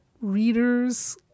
readers